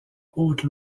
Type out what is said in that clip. haute